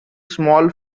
small